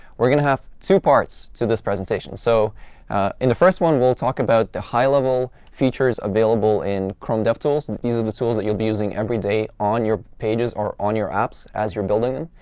we're going to have two parts to this presentation. so in the first one, we'll talk about the high-level features available in chrome devtools. and these are the tools that you'll be using every day on your pages or on your apps as you're building them.